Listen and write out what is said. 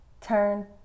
turn